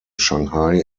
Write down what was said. shanghai